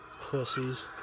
pussies